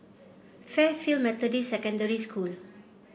Fairfield Methodist Secondary School